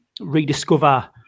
rediscover